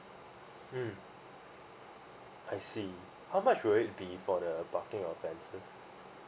mm I see how much will it be for the parking offences